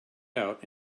out